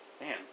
Man